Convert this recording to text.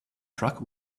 truck